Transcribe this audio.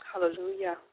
Hallelujah